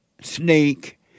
snake